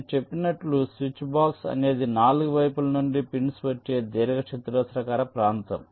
నేను చెప్పినట్లు switch box అనేది 4 వైపుల నుండి పిన్స్ వచ్చే దీర్ఘచతురస్రాకార ప్రాంతం